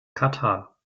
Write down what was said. katar